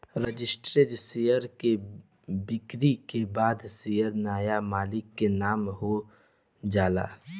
registered share के बिक्री के बाद शेयर नाया मालिक के नाम से हो जाला